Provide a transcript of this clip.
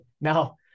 Now